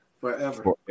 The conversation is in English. Forever